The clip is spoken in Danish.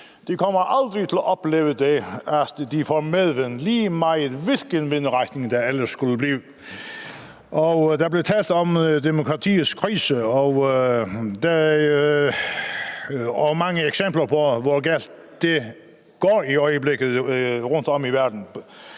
kommer til at opleve, at de får medvind, lige meget hvilken vindretning der ellers skulle blive, og der blev talt om demokratiets krise, og der var mange eksempler på, hvor galt det i øjeblikket går rundtom i verden.